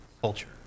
culture